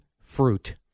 fruit